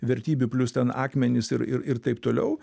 vertybių plius ten akmenys ir ir ir taip toliau